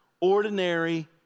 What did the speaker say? ordinary